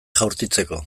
jaurtitzeko